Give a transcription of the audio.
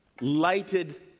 lighted